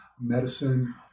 medicine